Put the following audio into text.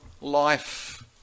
life